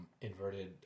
Inverted